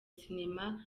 sinema